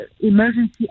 emergency